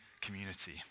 community